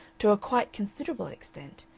to a quite considerable extent,